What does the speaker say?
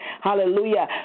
Hallelujah